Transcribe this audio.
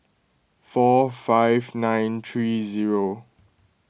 four five nine three zero